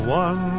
one